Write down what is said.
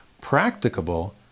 practicable